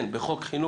כן, בחוק חינוך